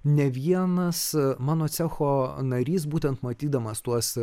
ne vienas mano cecho narys būtent matydamas tuos